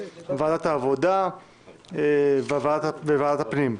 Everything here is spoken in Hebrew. לוועדת העבודה ולוועדת הפנים.